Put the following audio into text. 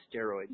steroids